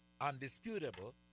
Undisputable